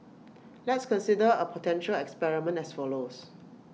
let's consider A potential experiment as follows